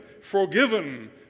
forgiven